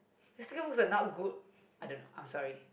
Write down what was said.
sticker books are not good I don't know I'm sorry